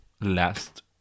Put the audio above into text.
last